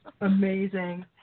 amazing